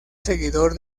seguidor